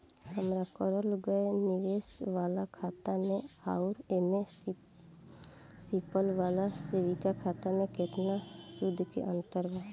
हमार करल गएल निवेश वाला खाता मे आउर ऐसे सिंपल वाला सेविंग खाता मे केतना सूद के अंतर बा?